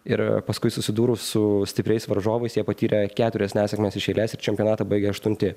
ir paskui susidūrus su stipriais varžovais jie patyrę keturias nesėkmes iš eilės ir čempionatą baigė aštunti